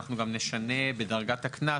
אנחנו נשנה גם בדרגת הקנס,